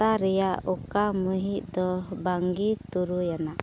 ᱦᱟᱯᱛᱟ ᱨᱮᱭᱟᱜ ᱚᱠᱟ ᱢᱟᱹᱦᱤᱛ ᱫᱚ ᱵᱟᱝᱜᱮ ᱛᱩᱨᱩᱭ ᱟᱱᱟᱜ